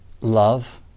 love